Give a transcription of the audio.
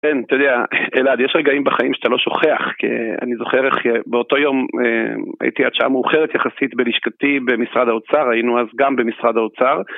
כן, אתה יודע, אלעד, יש רגעים בחיים שאתה לא שוכח, כי אני זוכר איך באותו יום הייתי עד שעה מאוחרת יחסית בלשכתי במשרד האוצר, היינו אז גם במשרד האוצר